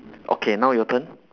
okay now your turn